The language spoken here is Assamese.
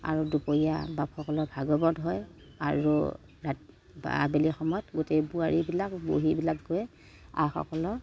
আৰু দুপৰীয়া বাপসকলৰ ভাগৱত হয় আৰু ৰাত বা আবেলি সময়ত গোটেই বোৱাৰীবিলাক বুঢ়িবিলাক গৈ আইসকলৰ